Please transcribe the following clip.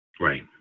right